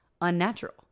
unnatural